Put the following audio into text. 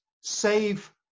save